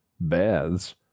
baths